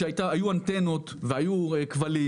היו אנטנות והיו כבלים